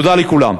תודה לכולם.